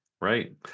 Right